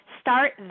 start